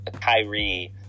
Kyrie